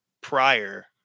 prior